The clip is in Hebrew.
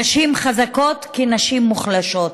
נשים חזקות כנשים מוחלשות,